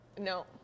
No